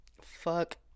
Fuck